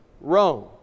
Rome